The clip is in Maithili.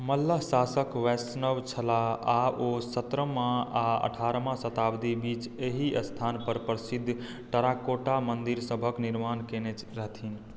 मल्ल शासक वैष्णव छलाह आ ओ सतरहमा आ अठारहमा शताब्दी बीच एहि स्थान पर प्रसिद्ध टेराकोटा मन्दिर सभक निर्माण कयने रहथिन